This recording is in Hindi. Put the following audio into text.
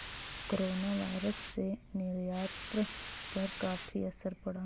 कोरोनावायरस से निर्यात पर काफी असर पड़ा